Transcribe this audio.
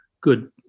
good